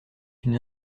une